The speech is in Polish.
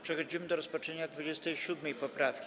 Przechodzimy do rozpatrzenia 27. poprawki.